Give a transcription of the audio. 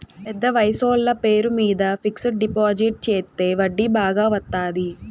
పెద్ద వయసోళ్ల పేరు మీద ఫిక్సడ్ డిపాజిట్ చెత్తే వడ్డీ బాగా వత్తాది